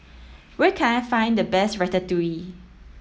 where can I find the best Ratatouille